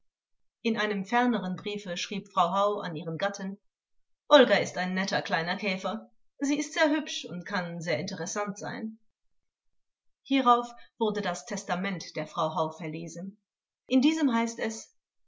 in einem ferneren briefe schrieb frau hau an ihren gatten olga ist ein netter kleiner käfer sie ist sehr hübsch und kann sehr interessant sein hierauf wurde das testament der frau hau verlesen in diesem heißt es